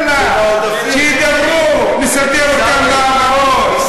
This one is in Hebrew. יאללה, שידברו, נסדר אותם בהעברות.